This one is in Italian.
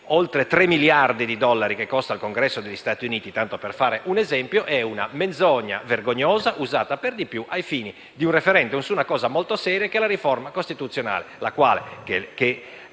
oltre 3 miliardi di dollari che costa il Congresso degli Stati Uniti - tanto per fare un esempio - è una menzogna vergognosa, usata, per di più, ai fini di un *referendum* su una cosa molto seria, come la riforma costituzionale, che